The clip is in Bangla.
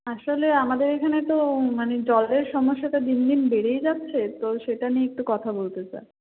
আসলে আমাদের এখানে তো মানে জলের সমস্যাটা দিন দিন বেড়েই যাচ্ছে তো সেটা নিয়ে একটু কথা বলতে চাই